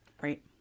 Right